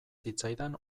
zitzaidan